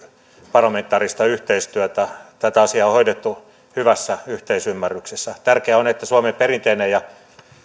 parlamentaarista yhteistyötä tätä asiaa on hoidettu hyvässä yhteisymmärryksessä tärkeää on että suomen perinteinen ja